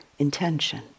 intention